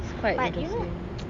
it's quite interesting